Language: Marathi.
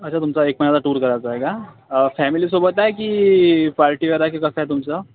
अच्छा तुमचा एक महिन्याचा टूर करायचा आहे का फॅमिलीसोबत आहे की पार्टी वगैरे आहे की कसं आहे तुमचं